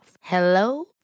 Hello